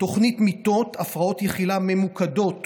תוכנית מיטות, הפרעות אכילה ממוקדות